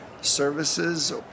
services